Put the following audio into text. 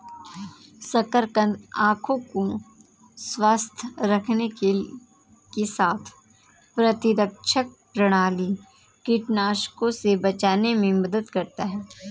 शकरकंद आंखों को स्वस्थ रखने के साथ प्रतिरक्षा प्रणाली, कीटाणुओं से बचाने में मदद करता है